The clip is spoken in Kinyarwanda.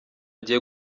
agiye